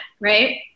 right